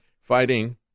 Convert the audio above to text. fighting